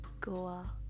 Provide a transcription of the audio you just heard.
Goa